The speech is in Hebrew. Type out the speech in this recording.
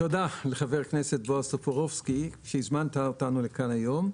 תודה לחבר כנסת בועז טופורובסקי שהזמנת אותנו לכאן היום.